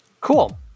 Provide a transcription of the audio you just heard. Cool